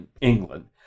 England